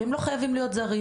והם לא חייבים להיות זרים,